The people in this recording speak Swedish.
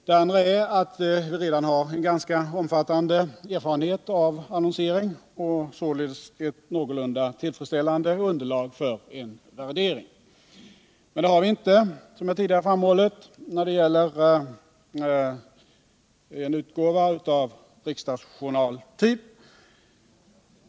Det andra är att vi redan har en ganska omfattande erfarenhet av annonsering och således ett någorlunda tillfredsställande underlag för en värdering. Men det har vi inte, som jag tidigare framhållit, när det gäller en utgåva av riksdagsjournaltyp.